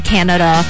Canada